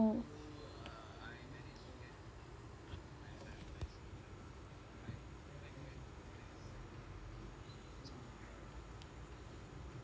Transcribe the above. oh